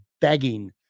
begging